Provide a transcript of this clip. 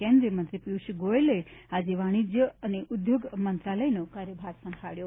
કેન્દ્રીય મંત્રી પિયુષ ગોયલે આજે વાણિજ્ય અને ઉદ્યોગ મંત્રાલયનો કાર્યભાર સંભાળ્યો